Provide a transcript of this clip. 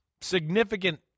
significant